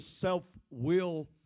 self-will